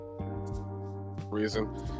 Reason